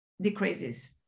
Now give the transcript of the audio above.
decreases